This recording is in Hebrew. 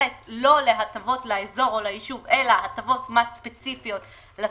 שמתייחס לא להטבות לאזור או לישוב אלא הטבות מס ספציפיות לתושבים,